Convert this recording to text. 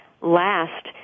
last